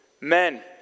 Men